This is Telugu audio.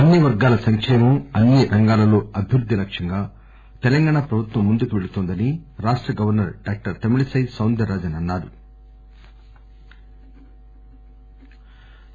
అన్ని వర్గాల సంకేమం అన్ని రంగాలలో అభివృద్ది లక్ష్యంగా తెలంగాణ ప్రభుత్వం ముందుకు వెళుతోందని రాష్ట governor doctor Tamilisai Soundararajan అన్నా రు